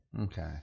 Okay